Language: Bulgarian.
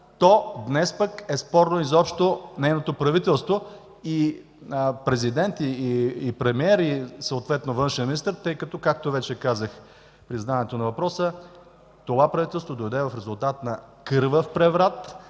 то днес пък е спорно изобщо нейното правителство и президент, и премиер, и съответно външният министър, тъй като, както вече казах при задаването на въпроса, това правителство дойде в резултат на кървав преврат